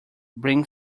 bring